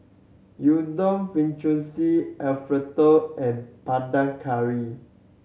Udon Fettuccine Alfredo and Panang Curry